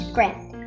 Grant